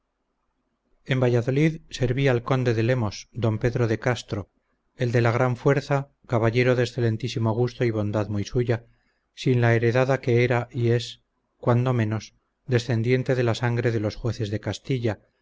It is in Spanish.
en valladolid serví al conde de lemos d pedro de castro el de la gran fuerza caballero de excelentísimo gusto y bondad muy suya sin la heredada que era y es cuando menos descendiente de la sangre de los jueces de castilla